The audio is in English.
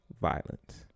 violence